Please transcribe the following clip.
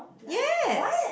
yes